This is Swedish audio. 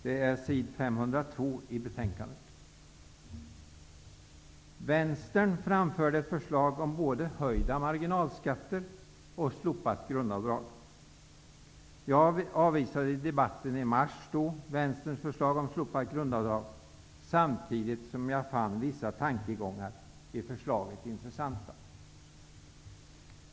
Detta återges på s. 502 i betänkandet. Vänstern har framfört förslag om både höjda marginalskatter och slopat grundavdrag. Jag avvisade i debatten i mars Vänsterns förslag om slopat grundavdrag, samtidigt som jag fann vissa tankegångar i förslaget intressanta.